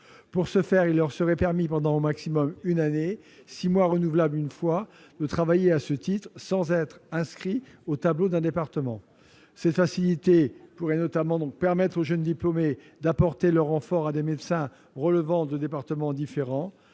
Pour ce faire, il leur serait permis, pendant une période de six mois renouvelable une fois, soit une année au maximum, de travailler à ce titre sans être inscrits au tableau d'un département. Cette disposition pourrait notamment permettre aux jeunes diplômés d'apporter leur renfort à des médecins relevant de départements différents.